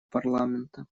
парламента